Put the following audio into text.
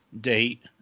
date